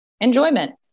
enjoyment